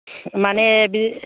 माने बे